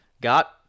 Got